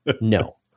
No